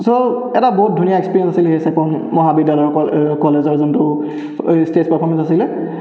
ছ' এটা বহুত ধুনীয়া এক্সপিৰিয়েঞ্চ আছিলে সেই চেপন মহাবিদ্যালয় ক কলেজৰ যোনটো এই ষ্টেজ পাৰফৰ্মেঞ্চ আছিলে